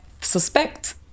suspect